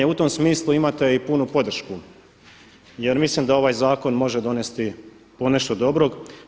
U tom smislu imate i punu podršku, jer mislim da ovaj zakon može donesti ponešto dobrog.